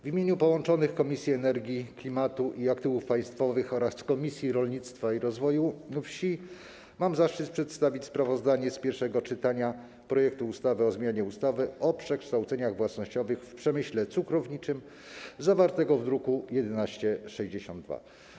W imieniu połączonych Komisji do Spraw Energii, Klimatu i Aktywów Państwowych oraz Komisji Rolnictwa i Rozwoju Wsi mam zaszczyt przedstawić sprawozdanie z pierwszego czytania projektu ustawy o zmianie ustawy o przekształceniach własnościowych w przemyśle cukrowniczym zawartego w druku nr 1162.